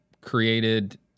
created